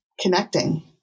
connecting